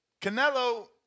Canelo